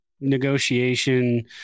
negotiation